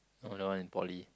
oh the one in poly